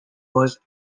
was